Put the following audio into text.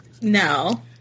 No